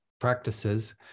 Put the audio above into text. practices